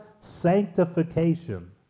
sanctification